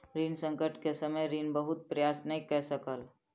ऋण संकट के समय ऋणी बहुत प्रयास नै कय सकल